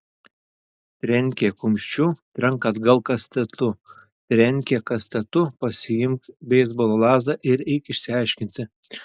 trenkė kumščiu trenk atgal kastetu trenkė kastetu pasiimk beisbolo lazdą ir eik išsiaiškinti